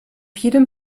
jedem